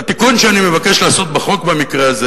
והתיקון שאני מבקש לעשות בחוק במקרה הזה